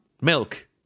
Milk